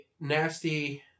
nasty